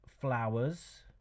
flowers